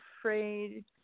afraid